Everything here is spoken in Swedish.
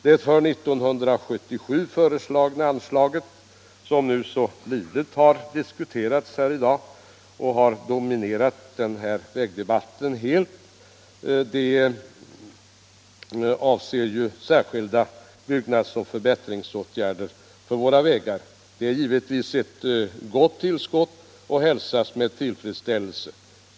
Det för 1977 föreslagna anslaget på 200 milj.kr., som så livligt diskuterats här i dag och helt dominerat denna vägdebatt, avser särskilda byggnadsoch förbättringsåtgärder för våra vägar. Det är givetvis ett gott tillskott och hälsas med tillfredsställelse.